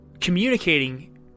communicating